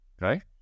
right